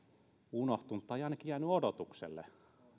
unohtunut tai ainakin jäänyt odotukselle